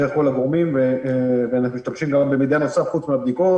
דרך כל הגורמים ואנחנו משתמשים במידע נוסף חוץ מהבדיקות.